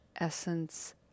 essence